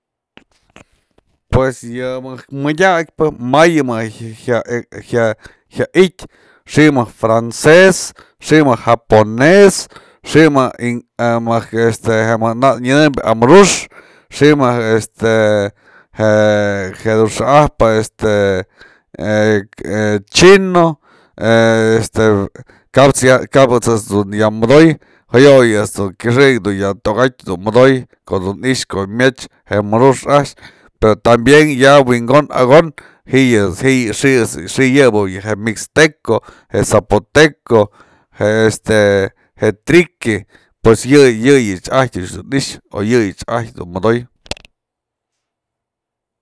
Pues yë mëjk madyakpë may du jya- jya i'ijtyë, xi'i mëjk frances, xi'i mëjk japones, xi'i mëjk este nak nyanëmbyë amuru'ux, xi'i mëjk este je jedun xa'ajpë este chino, este kabët's ejt's dun ya modoy jëyoyë ëjt's dun kyëxëk du ya togatyë dun modoy ko'o dun i'ixä myetch je muru'ux a'ax pero tambien ya wi'inkon akonë ji'i yë, xi'i yëbe je mixteco, je zapoteco, je este triqui pues yëyë ëch ajtyë dun i'ixë o yëyë ëch ajtyë dun modoy.